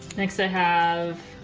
next i have.